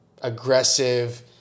aggressive